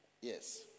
Yes